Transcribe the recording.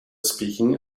speaking